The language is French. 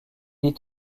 est